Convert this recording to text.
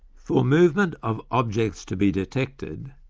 for movement of objects to be detected,